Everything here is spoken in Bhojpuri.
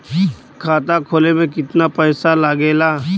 खाता खोले में कितना पैसा लगेला?